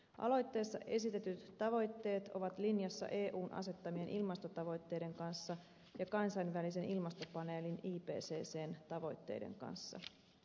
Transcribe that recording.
aloitteessa esitetyt tavoitteet ovat linjassa eun asettamien ilmastotavoitteiden kanssa ja kansainvälisen ilmastopaneelin ipccn tavoitteiden kanssa